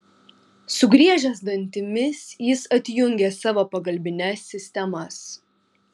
sugriežęs dantimis jis atjungė savo pagalbines sistemas